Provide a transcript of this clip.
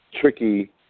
tricky